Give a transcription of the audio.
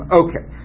okay